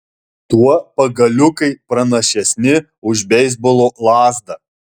tuo pagaliukai pranašesni už beisbolo lazdą